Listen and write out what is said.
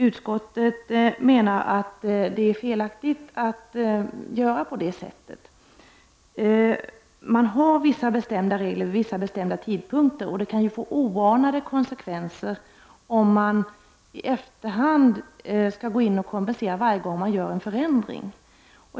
Utskottet menar att det är felaktigt att göra på det sättet. Man har vissa bestämda regler vid vissa bestämda tidpunkter, och det kan få oanade konsekvenser om man i efterhand går in och kompenserar varje gång man företar en förändring.